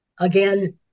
Again